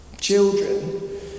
Children